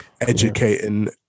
educating